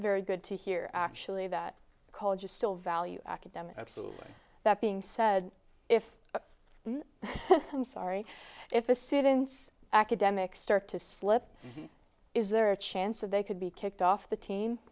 very good to hear actually that college is still value academic excellence that being said if i'm sorry if the citizens academics start to slip is there a chance that they could be kicked off the team